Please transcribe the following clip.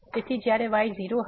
તેથી જ્યારે y 0 હશે